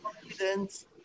confidence